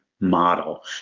model